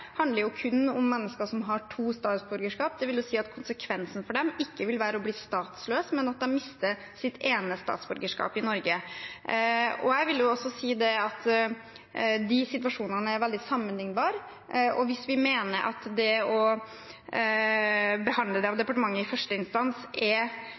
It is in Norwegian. handler jo kun om mennesker som har to statsborgerskap, dvs. at konsekvensen for dem ikke vil være å bli statsløs, men at de mister sitt ene statsborgerskap, i Norge. Jeg vil også si at de situasjonene er veldig sammenlignbare, og hvis vi mener at å behandle det av departementet i første instans er